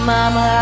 Mama